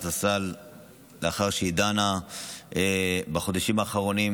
הסל לאחר שהיא דנה בחודשים האחרונים.